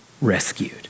Rescued